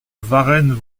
varennes